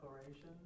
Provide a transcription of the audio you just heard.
declaration